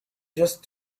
just